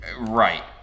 Right